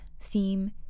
theme